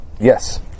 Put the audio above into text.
Yes